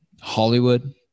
Hollywood